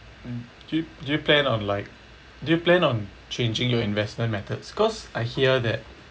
mm do you do you plan on like do you plan on changing your investment methods because I hear that